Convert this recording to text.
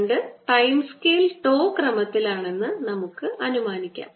2 time scale ക്രമത്തിലാണെന്ന് നമുക്ക് അനുമാനിക്കാം